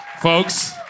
Folks